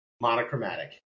Monochromatic